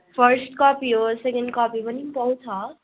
first copy हो second copy पनि पाउँछ